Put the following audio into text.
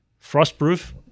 Frostproof